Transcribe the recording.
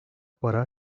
para